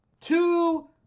two